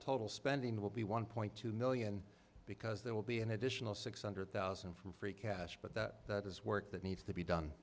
total spending will be one point two million because there will be an additional six hundred thousand from free cash but that is work that needs to be done